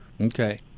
Okay